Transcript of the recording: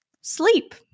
sleep